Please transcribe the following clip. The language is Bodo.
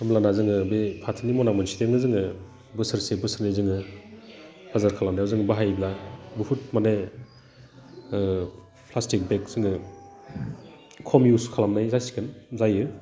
होमब्लाना जोङो बे फाथोनि मना मोनसेजोंनो जोङो बोसोरसो बोसोरनै जोङो बाजार खालामनायाव जों बाहायोब्ला बुहुथ मानि प्लासटिक बेग जोङो खम इउस खालामनाय जासिगोन जायो